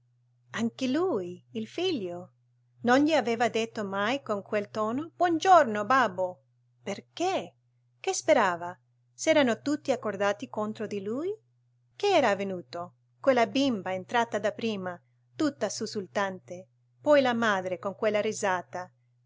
anche lui il figlio non gli aveva detto mai con quel tono buon giorno babbo perché che sperava s'erano tutti accordati contro di lui che era avvenuto quella bimba entrata dapprima tutta sussultante poi la madre con quella risata